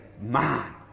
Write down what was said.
Man